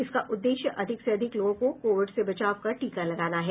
इसका उद्देश्य अधिक से अधिक लोगों को कोविड से बचाव का टीका लगाना है